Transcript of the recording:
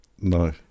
no